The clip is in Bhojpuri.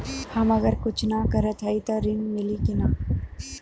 हम अगर कुछ न करत हई त ऋण मिली कि ना?